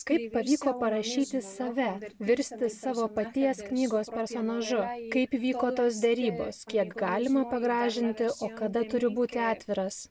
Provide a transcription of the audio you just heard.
kaip pavyko parašyti save virsti savo paties knygos personažu kaip vyko tos derybos kiek galima pagražinti o kada turi būti atviras